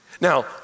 Now